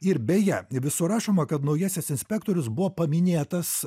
ir beje visur rašoma kad naujasis inspektorius buvo paminėtas